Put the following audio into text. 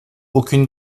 aucune